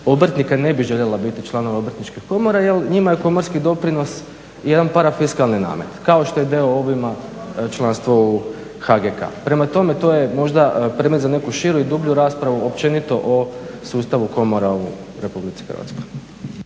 obrtnika ne bi željela biti članovi Obrtničke komore jer njima je komorski doprinos jedan parafiskalni namet. Kao što je … ovima članstvo u HGK. Prema tome, to je možda predmet za neku širu i dublju raspravu općenito o sustavu komora u RH. **Batinić,